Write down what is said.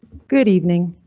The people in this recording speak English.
good evening.